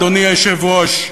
אדוני היושב-ראש,